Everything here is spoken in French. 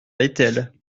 étel